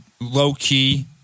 Low-key